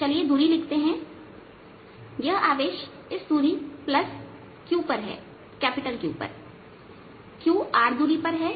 चलिए दूरी लिखते हैं यह आवेश इस दूरी Q पर है Q R दूरी पर है